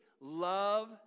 Love